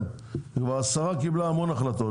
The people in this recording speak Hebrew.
השרה קיבלה המון החלטות,